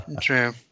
True